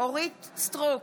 אורית מלכה סטרוק,